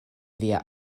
via